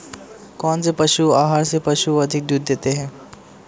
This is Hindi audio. कौनसे पशु आहार से पशु अधिक दूध देते हैं?